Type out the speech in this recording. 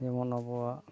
ᱡᱮᱢᱚᱱ ᱟᱵᱚᱣᱟᱜ